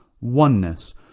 oneness